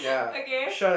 okay